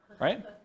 right